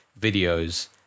videos –